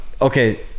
okay